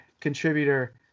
contributor